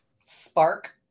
spark